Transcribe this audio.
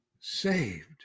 saved